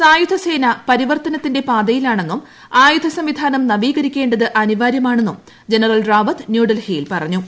സായുധ സേന പരിവർത്തനത്തിന്റെ പാതയിലാണെന്നും ആയുധ സംവിധാനം നവീകരിക്കേ ത് അനിവാരൃമാണെന്നും ജനറൽ റാവത്ത് ന്യൂഡൽഹിയിൽ പറഞ്ഞു